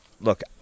Look